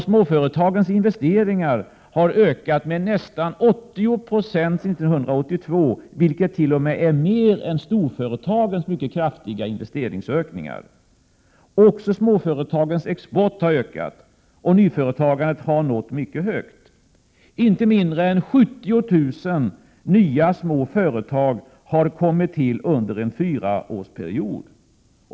Småföretagens investeringar har ökat med nästan 80 96 1982, vilket t.o.m. är mer än storföretagens mycket kraftiga investeringsökningar. Småföretagens export har också ökat, och nyföretagandet har nått mycket högt. Inte mindre än 70 000 nya små företag har kommit till under en fyraårsperiod.